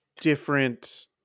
different